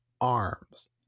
arms